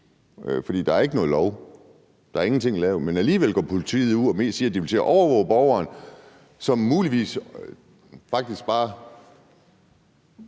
der er ikke lavet nogen lov, men alligevel går politiet ud og siger, de vil til at overvåge borgerne, som muligvis faktisk bare